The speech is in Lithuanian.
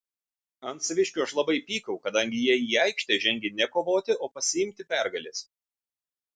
ant saviškių aš labai pykau kadangi jie į aikštę žengė ne kovoti o pasiimti pergalės